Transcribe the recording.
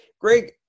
Greg